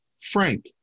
Frank